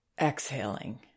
exhaling